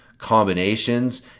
combinations